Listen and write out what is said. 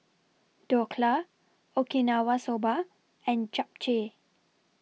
Dhokla Okinawa Soba and Japchae